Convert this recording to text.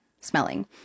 smelling